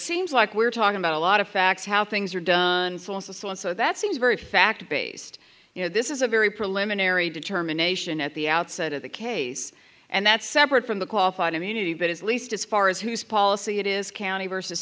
seems like we're talking about a lot of facts how things are done so also so and so that seems very fact based you know this is a very preliminary determination at the outset of the case and that's separate from the qualified immunity but at least as far as who's policy it is county versus